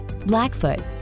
Blackfoot